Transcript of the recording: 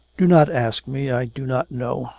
do not ask me, i do not know.